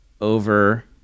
over